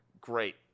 great